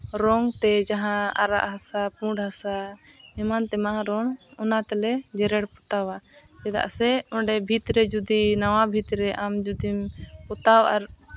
ᱨᱚᱝ ᱛᱮ ᱡᱟᱦᱟᱸ ᱟᱨᱟᱜ ᱦᱟᱥᱟ ᱯᱳᱸᱰ ᱦᱟᱥᱟ ᱮᱢᱟᱱ ᱛᱮᱢᱟᱱ ᱨᱚᱝ ᱚᱱᱟ ᱛᱮᱞᱮ ᱡᱮᱨᱮᱲ ᱯᱚᱛᱟᱣᱟ ᱪᱮᱫᱟᱜ ᱥᱮ ᱚᱸᱰᱮ ᱵᱷᱤᱛ ᱨᱮ ᱡᱩᱫᱤ ᱱᱟᱣᱟ ᱵᱷᱤᱛ ᱨᱮ ᱟᱢ ᱡᱩᱫᱤᱢ ᱯᱚᱛᱟᱣᱟ